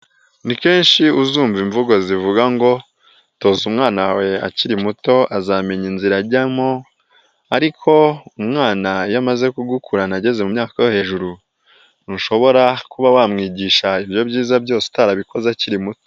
Ni kenshi uzumva imvugo zivuga ngo tozi umwana wawe akiri muto azamenya inzira ajyamo ariko umwana iyo amaze kugukurana ageze mu myaka yo hejuru ntushobora kuba wamwigisha ibyo byiza byose utarabikoze akiri muto.